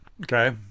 Okay